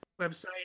website